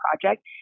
project